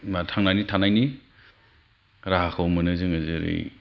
होमबा थांनानै थानायनि राहाखौ माने जोङो जोंनि